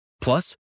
plus